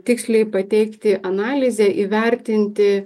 tiksliai pateikti analizę įvertinti